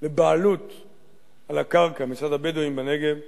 לבעלות על הקרקע מצד הבדואים בנגב נדונו,